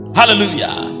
hallelujah